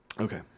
Okay